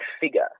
figure